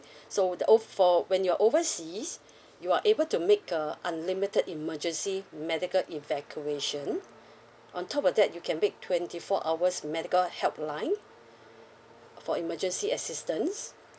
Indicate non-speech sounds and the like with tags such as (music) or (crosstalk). (breath) so the oh for when you are overseas you are able to make a unlimited emergency medical evacuation on top of that you can make twenty four hours medical helpline for emergency assistance